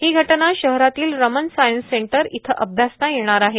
ही घटना शहरातील Raman science centre इथं अभ्यासता येणार आहे